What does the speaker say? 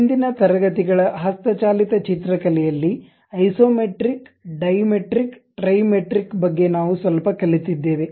ಹಿಂದಿನ ತರಗತಿಗಳ ಹಸ್ತಚಾಲಿತ ಚಿತ್ರಕಲೆಯಲ್ಲಿ ಐಸೊಮೆಟ್ರಿಕ್ ಡೈಮೆಟ್ರಿಕ್ ಟ್ರಿಮೆಟ್ರಿಕ್ ಬಗ್ಗೆ ನಾವು ಸ್ವಲ್ಪ ಕಲಿತಿದ್ದೇವೆ